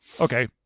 Okay